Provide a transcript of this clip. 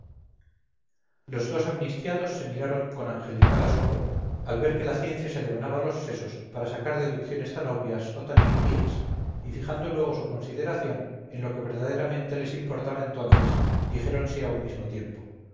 dos amnistiados se miraron con angelical asombro al ver que la ciencia se devanaba los sesos para sacar deducciones tan obvias o tan impías y fijando luego su consideración en lo que verdaderamente les importaba entonces dijéronse a un mismo tiempo